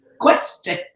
question